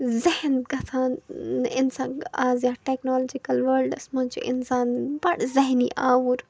زٮ۪ہن گَژھان اِنسان آز یَتھ ٹٮ۪کنالجٕکل وٲلڈس منٛز چھِ اِنسان بَڑٕ زہنۍ آوُر